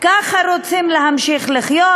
כך רוצים להמשיך לחיות,